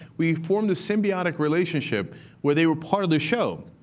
we formed a symbiotic relationship where they were part of the show.